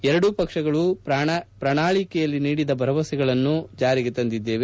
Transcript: ಎರಡೂ ಪಕ್ಷಗಳೂ ಪ್ರಣಾಳಿಕೆಯಲ್ಲಿ ನೀಡಿದ ಭರವಸೆಗಳನ್ನು ಜಾರಿಗೆ ತಂದಿದ್ದೇವೆ